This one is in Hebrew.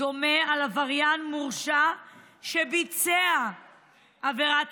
דומה על עבריין מורשע שביצע עבירת